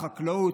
החקלאות,